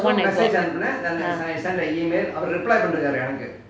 one I got